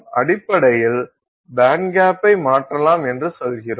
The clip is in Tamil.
அடிப்படையில் பேண்ட்கேப்பை மாற்றலாம் என்று சொல்கிறோம்